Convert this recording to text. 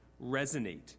resonate